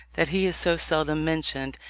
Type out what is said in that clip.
that he is so seldom mentioned,